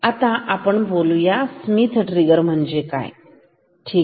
आता आपण बोलूया स्मिथ ट्रिगर म्हणजे काय ठीक आहे